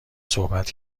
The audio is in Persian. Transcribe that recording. صحبت